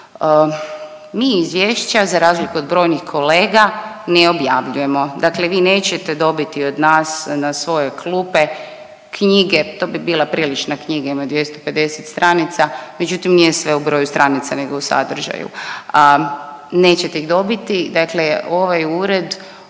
mi izvješća za razliku od brojnih kolega ne objavljujemo, dakle vi nećete dobiti od nas na svoje klupe knjige, to bi bila prilična knjiga, ima 250 stranica, međutim nije sve u broju stranica nego u sadržaju, a nećete ih dobiti, dakle ovaj ured